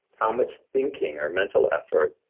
how much thinking or mental effort,